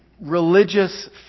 religious